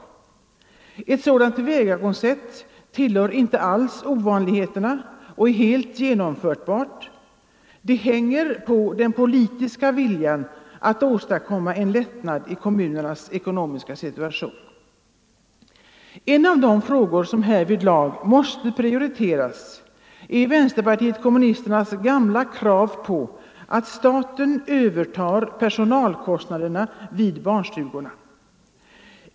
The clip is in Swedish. Ett sådant tillvägagångssätt tillhör inte ovanligheterna och är helt genomförbart. Det hänger på den politiska viljan att åstadkomma en lättnad i kommunernas ekonomiska situation. En av de frågor som härvidlag måste prioriteras är vänsterpartiet kommunisternas gamla krav att staten övertar personalkostnaderna vid barnstugorna.